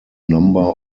number